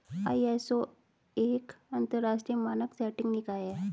ISO एक अंतरराष्ट्रीय मानक सेटिंग निकाय है